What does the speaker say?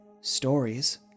stories